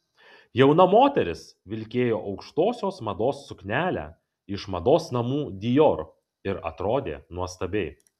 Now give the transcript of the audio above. jauna moteris vilkėjo aukštosios mados suknelę iš mados namų dior ir atrodė nuostabiai